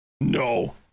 No